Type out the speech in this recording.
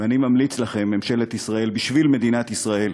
ואני ממליץ לכם, ממשלת ישראל, בשביל מדינת ישראל,